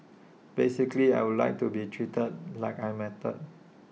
basically I would like to be treated like I matter